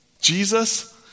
Jesus